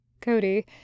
Cody